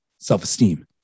self-esteem